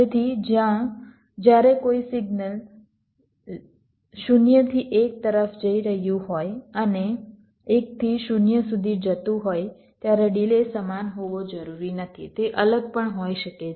તેથી જ્યારે કોઈ સિગ્નલ 0 થી 1 તરફ જઈ રહ્યું હોય અને 1 થી 0 સુધી જતું હોય ત્યારે ડિલે સમાન હોવો જરૂરી નથી તે અલગ પણ હોઈ શકે છે